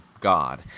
god